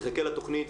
נחכה לתכנית,